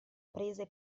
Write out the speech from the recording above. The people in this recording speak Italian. prese